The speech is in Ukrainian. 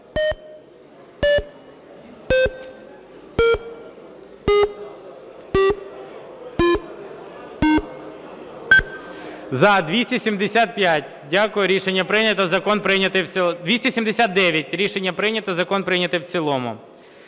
279. Рішення прийнято. Закон прийнято в цілому.